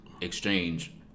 exchange